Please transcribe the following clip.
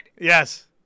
Yes